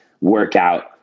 workout